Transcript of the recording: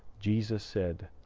jesus said,